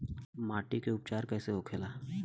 माटी के उपचार कैसे होखे ला?